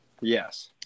yes